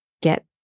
Get